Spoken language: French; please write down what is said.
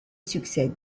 succède